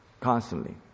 constantly